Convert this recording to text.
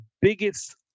biggest